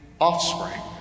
offspring